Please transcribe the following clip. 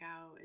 out